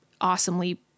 awesomely